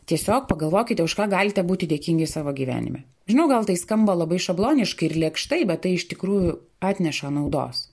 tiesiog pagalvokite už ką galite būti dėkingi savo gyvenime žinau gal tai skamba labai šabloniškai ir lėkštai bet tai iš tikrųjų atneša naudos